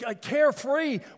carefree